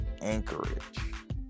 anchorage